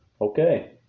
Okay